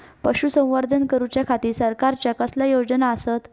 पशुसंवर्धन करूच्या खाती सरकारच्या कसल्या योजना आसत?